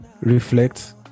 reflect